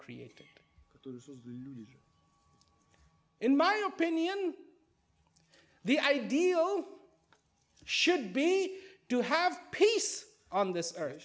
created in my opinion the ideal should be to have peace on this earth